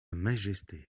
majesté